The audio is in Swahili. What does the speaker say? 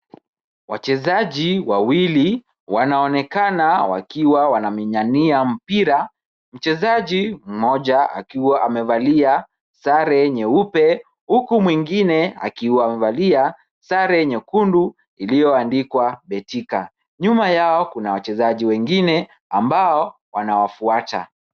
Wachezaji wawili wanaonekana wakiwa wanamenyania mpira. Mchezaji mmoja akiwa amevalia sare nyeupe huku mwingine akiwa amevalia sare nyekundu iliyo andikwa betika. Nyuma yao kuna wachezaji wengine ambao wanawafuata.